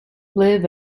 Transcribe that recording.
live